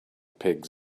pigs